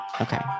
Okay